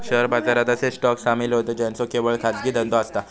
share बाजारात असे stock सामील होतं ज्यांचो केवळ खाजगी धंदो असता